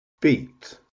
beat